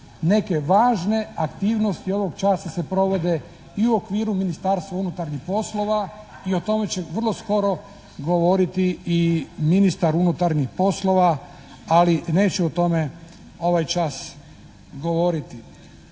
neke važne aktivnosti ovog časa se provode i u okviru Ministarstva unutarnjih poslova i o tome će vrlo skoro govoriti ministar unutarnjih poslova, ali neću o tome ovaj čas govoriti.